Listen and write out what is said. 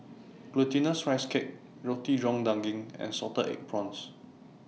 Glutinous Rice Cake Roti John Daging and Salted Egg Prawns